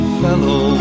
fellow